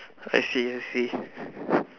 I see I see